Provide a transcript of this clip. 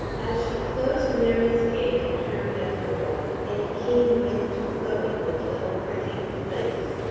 as she closed mary's gate and hurried up the walk, in a keen wind flowing with little pricking flakes,